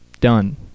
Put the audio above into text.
done